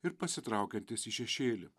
ir pasitraukiantis į šešėlį